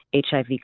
HIV